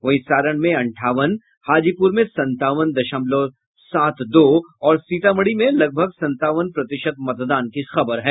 वहीं सारण में अंठावन हाजीपुर में संतावन दशमलव सात दो और सीतामढ़ी में लगभग संतावन प्रतिशत मतदान की खबर है